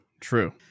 true